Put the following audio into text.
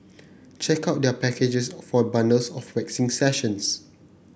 check out their packages for bundles of waxing sessions